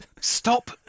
Stop